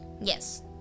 Yes